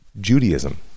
Judaism